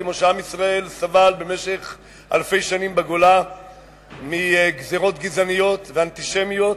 כמו שעם ישראל סבל במשך אלפי שנים בגולה מגזירות גזעניות ואנטישמיות,